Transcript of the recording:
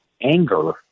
anger